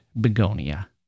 begonia